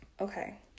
Okay